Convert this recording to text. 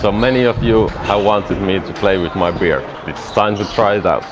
so many of you have wanted me to play with my beard it's time to try it out